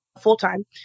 full-time